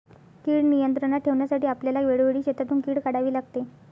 कीड नियंत्रणात ठेवण्यासाठी आपल्याला वेळोवेळी शेतातून कीड काढावी लागते